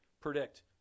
predict